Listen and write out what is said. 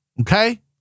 Okay